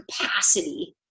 capacity